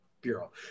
Bureau